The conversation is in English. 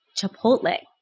Chipotle